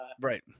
Right